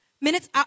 minutes